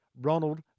Ronald